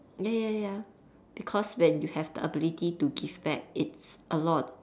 ya ya ya because when you have the ability to give back it's a lot